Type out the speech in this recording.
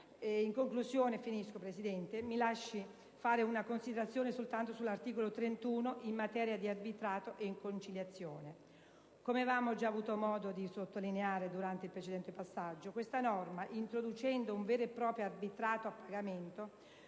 In conclusione, Presidente, mi si lasci fare una considerazione sull'articolo 31 in materia di arbitrato e conciliazione. Come avevamo già avuto modo di sottolineare durante il precedente passaggio, questa norma, introducendo un vero e proprio arbitrato obbligatorio